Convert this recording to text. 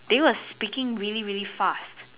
they were speaking really really fast